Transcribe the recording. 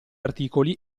articoli